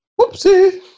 Whoopsie